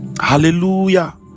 hallelujah